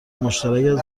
مشترک